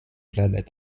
planet